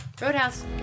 Roadhouse